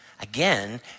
again